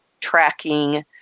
tracking